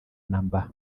namba